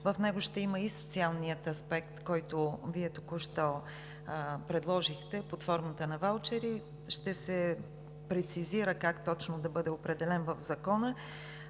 В него ще има и социалния аспект, който Вие току-що предложихте, под формата на ваучери. Ще се прецизира как точно да бъде определен в закона.